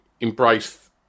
embrace